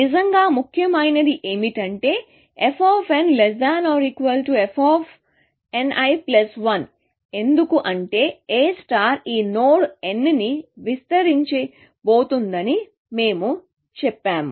నిజంగా ముఖ్యమైనది ఏమిటంటే f fnl 1 ఎందుకు అంటే A ఈ నోడ్ nని విస్తరింపజేయబోతోందని మేము చెప్పాము